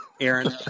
Aaron